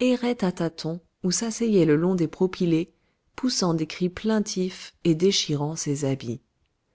errait à tâtons ou s'asseyait le long des propylées poussant des cris plaintifs et déchirant ses habits